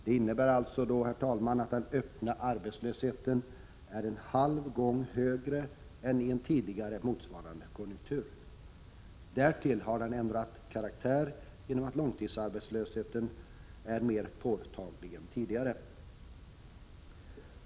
Det innebär alltså, herr talman, att den öppna arbetslösheten är en halv gång högre än i en tidigare motsvarande konjunktur. Därtill har arbetslösheten ändrat karaktär genom att långtidsarbetslösheten är mer påtaglig nu.